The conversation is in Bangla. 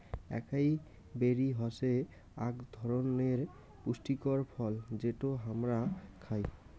একাই বেরি হসে আক ধরণনের পুষ্টিকর ফল যেটো হামরা খাই